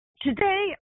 Today